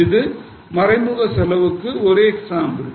இது மறைமுக செலவுக்கு ஒரு எக்ஸாம்பிள்